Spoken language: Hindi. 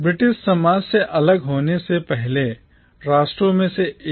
ब्रिटिश साम्राज्य से अलग होने वाले पहले राष्ट्रों में से एक